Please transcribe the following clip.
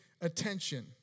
attention